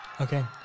Okay